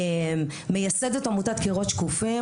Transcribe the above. מייסדת עמותת "קירות שקופים",